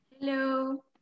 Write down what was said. Hello